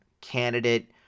candidate